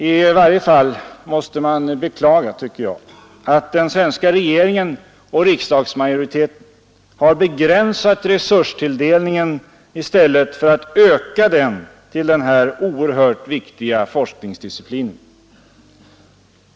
I varje fall tycker jag att man måste beklaga att den svenska regeringen och riksdagsmajoriteten har begränsat resurstilldelningen till denna oerhört viktiga forskningsdisciplin i stället för att öka den.